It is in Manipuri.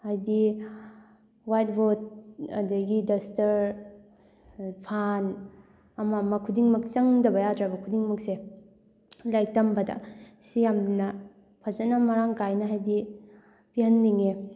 ꯍꯥꯏꯗꯤ ꯋꯥꯏꯠꯕꯣꯔꯠ ꯑꯗꯒꯤ ꯗꯁꯇꯔ ꯐꯥꯟ ꯑꯃ ꯑꯃ ꯈꯨꯗꯤꯡꯃꯛ ꯆꯪꯗꯕ ꯌꯥꯗ꯭ꯔꯕ ꯈꯨꯗꯤꯡꯃꯛꯁꯦ ꯂꯥꯏꯔꯤꯛ ꯇꯝꯕꯗ ꯁꯤ ꯌꯥꯝꯅ ꯐꯖꯅ ꯃꯔꯥꯡ ꯀꯥꯏꯅ ꯍꯥꯏꯗꯤ ꯄꯤꯍꯟꯅꯤꯡꯉꯦ